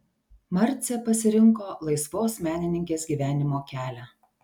marcė pasirinko laisvos menininkės gyvenimo kelią